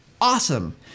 Awesome